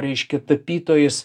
reiškia tapytojais